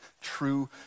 true